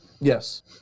Yes